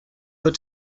put